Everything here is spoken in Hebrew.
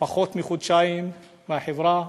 לפני פחות מחודשיים מהחברה,